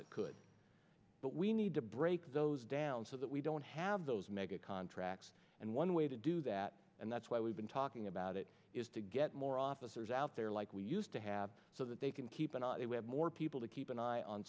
that could but we need to break those down so that we don't have those mega contracts and one way to do that and that's why we've been talking about it is to get more officers out there like we used to have so that they can keep it we have more people to keep an eye on